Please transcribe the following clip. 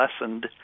lessened